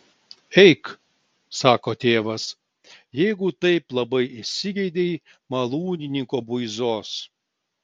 eik sako tėvas jeigu taip labai įsigeidei malūnininko buizos